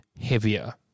heavier